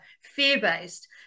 fear-based